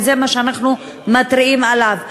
וזה מה שאנחנו מתריעים עליו,